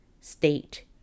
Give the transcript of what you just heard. state